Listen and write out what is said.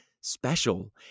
special